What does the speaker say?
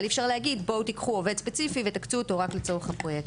אבל אי אפשר להגיד בואו תיקחו עובד ספציפי ותקצו אותו רק לצורך הפרויקט.